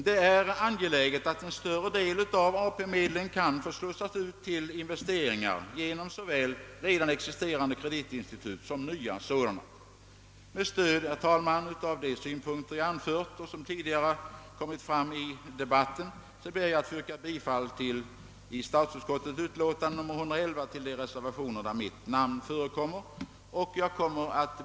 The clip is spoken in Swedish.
Det är angeläget att en större del av AP-medlen får slussas ut till näringslivets investeringar genom såväl redan existerande kreditinstitut som nya sådana. Herr talman! Med stöd av de synpunkter jag anfört och som även tidigare framkommit i debatten, ber jag att få yrka bifall till de reservationer 1 statsutskottets utlåtande nr 111, där mitt namn förekommer.